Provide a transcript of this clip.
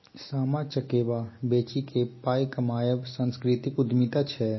सामा चकेबा बेचिकेँ पाय कमायब सांस्कृतिक उद्यमिता छै